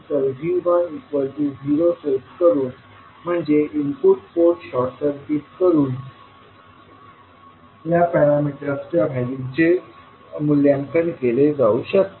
तर V10 set करून म्हणजे इनपुट पोर्ट शॉर्ट सर्किटेड करून या पॅरामीटर्सच्या व्हॅल्यूचे मूल्यांकन केले जाऊ शकते